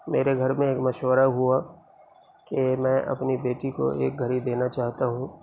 میرے گھر میں ایک مشورہ ہوا کہ میں اپنی بیٹی کو ایک گھڑی دینا چاہتا ہوں